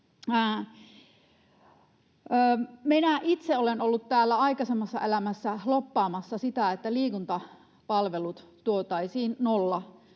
olen ollut täällä aikaisemmassa elämässä lobbaamassa sitä, että liikuntapalvelut tuotaisiin